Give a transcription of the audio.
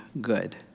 good